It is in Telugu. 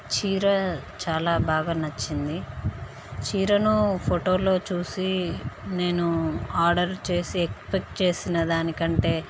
చీర చాలా బాగా నచ్చింది చీరను ఫొటోలో చూసి నేను ఆర్డర్ చేసి ఎక్స్పెక్ట్ చేసిన దాని కంటే